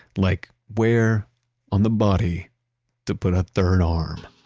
like where on the body to put a third arm